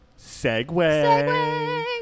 Segway